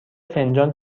فنجان